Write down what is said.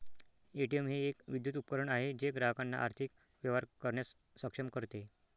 ATM हे एक विद्युत उपकरण आहे जे ग्राहकांना आर्थिक व्यवहार करण्यास सक्षम करते